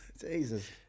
Jesus